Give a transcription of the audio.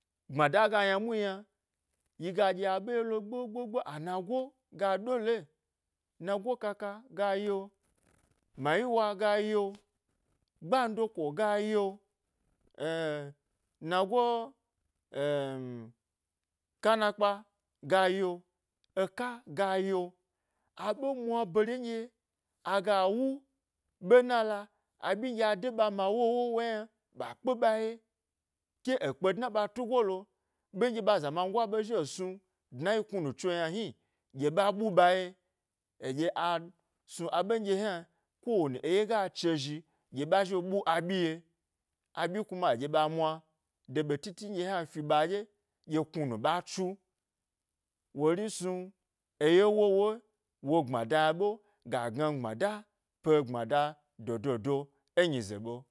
Gbmada aga yna muhi yna, yiga ɗye aɓe yelo gbo gbo gbo, ana go ga ɗole, nago kaka ga yi'o, mayewa ga yi'o, gbandoko ga yi'o eh nago kana kpa ga yi'o eka ga yi'o aɓe mwa bare nɗye aga wu, ɓena la, aɓyi nɗye de ɓa ma wowo yna ɓa kpe ɓa ye, ke e kpe dna e ɓa tugo lo ɓe nɗye ɓa zamangoa zhi wo snu dna yi knu tso yna yni ɗye ɓa ɓuɓa ye, eɗye a snu aɓen ɗye hna ko wani eye ga che zhi ɗye ɓa zhi wo ɓu aɓyi ye abyi kuna, aɗye ɓa mwa de ɓetiti yna fi ɓa ɗye, ɗye knunu ɓa tsu wori snu, eye wowo wo gbmada ɓe ga gnami gbmada pe gbmado do do do e nyize ɓo.